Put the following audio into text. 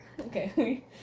Okay